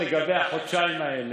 לגבי החודשיים האלה,